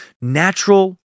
natural